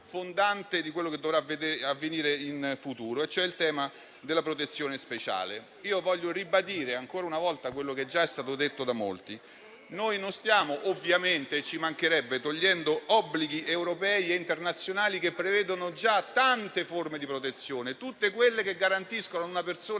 di quello che dovrà avvenire in futuro, cioè il tema della protezione speciale. Voglio ribadire ancora una volta quello che già è stato detto da molti: ovviamente non stiamo togliendo obblighi europei e internazionali - ci mancherebbe - che prevedono già tante forme di protezione, tutte quelle che garantiscono a una persona